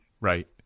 right